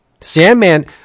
Sandman